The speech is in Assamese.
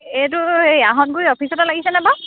এইটো সেই আহঁতগুৰি অফিচতে লাগিছেনে বাও